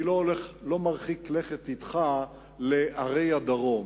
אני לא מרחיק לכת אתך לערי הדרום,